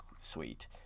sweet